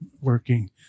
working